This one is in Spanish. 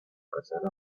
casero